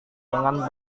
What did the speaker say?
dengan